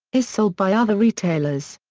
is sold by other retailers.